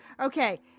Okay